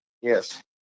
Yes